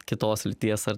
kitos lyties ar